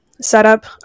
setup